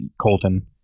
Colton